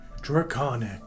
Draconic